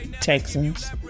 Texans